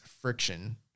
friction